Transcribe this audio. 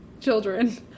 children